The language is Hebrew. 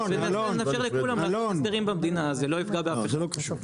אולי נאפשר לכולם לעשות הסדרים במדינה ואז זה לא יפגע באף אחד.